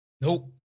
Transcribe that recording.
Nope